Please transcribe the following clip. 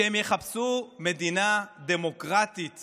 שהם יחפשו מדינה דמוקרטית